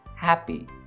happy